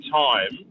time